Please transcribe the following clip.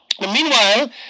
Meanwhile